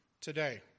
today